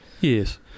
Yes